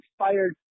inspired